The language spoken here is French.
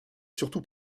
surtout